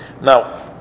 Now